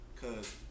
Cause